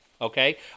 Okay